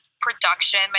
production